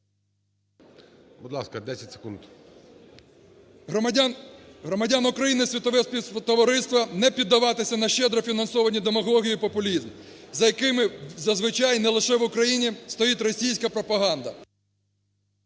...громадян України, світове співтовариство не піддаватися на щедро фінансовані демагогії і популізм, за якими, зазвичай, не лише в Україні стоїть російська пропаганда.